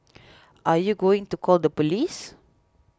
are you going to call the police